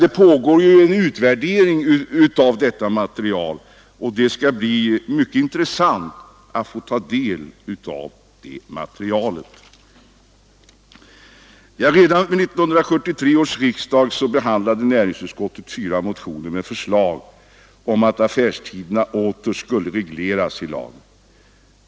Det pågår för närvarande en utvärdering av det materialet, och det skall bli mycket intressant att så småningom få ta del av det. Redan vid 1973 års riksdag behandlade näringsutskottet fyra motioner med förslag om att affärstiderna åter skulle regleras i lag.